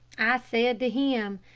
i said to him,